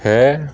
ਹੈ